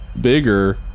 bigger